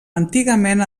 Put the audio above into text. antigament